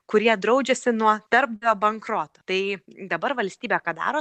kurie draudžiasi nuo darbdavio bankroto tai dabar valstybė ką daro